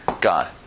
God